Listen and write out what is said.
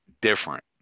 different